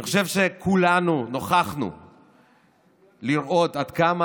אני חושב שכולנו נוכחנו לראות עד כמה